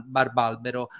Barbalbero